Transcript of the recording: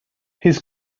his